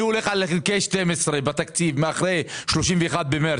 אני הולך על 1 חלקי 12 בתקציב אחרי 31 במרץ,